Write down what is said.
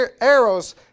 arrows